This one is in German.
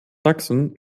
sachsen